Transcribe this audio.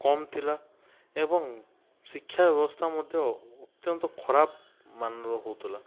କମ୍ ଥିଲା ଏବଂ ଶିକ୍ଷା ବ୍ୟବସ୍ଥା ମଧ୍ୟ ଅତ୍ୟନ୍ତ ଖରାପମାନର ହେଉଥିଲା